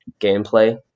gameplay